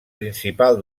principal